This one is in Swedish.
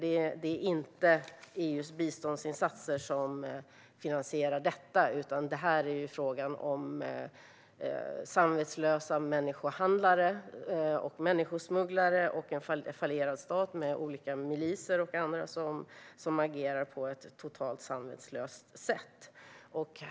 Det är inte EU:s biståndsinsatser som finansierar detta, utan det är fråga om samvetslösa människohandlare och människosmugglare och om en fallerad stat med olika miliser och andra som agerar på ett totalt samvetslöst sätt.